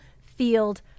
field